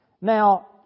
Now